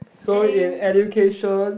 so in education